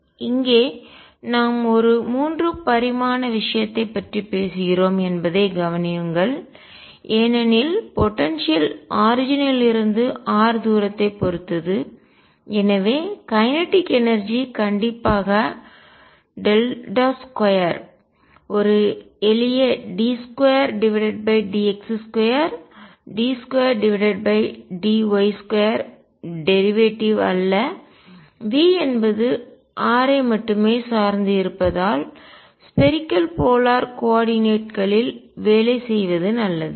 இங்கே நாம் ஒரு 3 பரிமாண விஷயத்தை பற்றி பேசுகிறோம் என்பதைக் கவனியுங்கள் ஏனெனில் போடன்சியல் ஆற்றல் ஆரிஜின் லிருந்து r தூரத்தைப் பொறுத்தது எனவே கைனெடிக் எனர்ஜி இயக்க ஆற்றல் கண்டிப்பாக 2 ஒரு எளிய d2dx2 d2dy2 டேரிவேட்டிவ் வழித்தோன்றல் அல்ல V என்பது r ஐ மட்டுமே சார்ந்து இருப்பதால் ஸ்பேரிக்கல் போலார் கோஆர்டினேட்களில் கோள துருவ ஆயத்தொகுதி வேலை செய்வது நல்லது